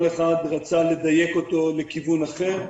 כל אחד רצה לדייק אותו לכיוון אחר.